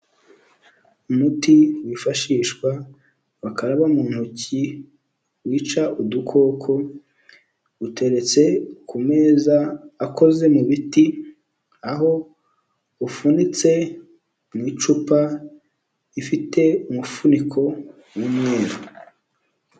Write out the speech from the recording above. Umuti wifashishwa bakaraba mu ntoki wica udukoko uteretse ku meza akoze mu biti, aho ufunitse mu icupa rifite umufuniko w'umweru.